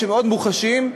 מאוד מוחשיים,